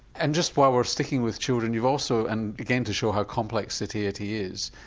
and just while we're sticking with children, you've also, and again to show how complex satiety is,